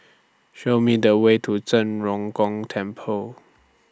Show Me The Way to Zhen Ren Gong Temple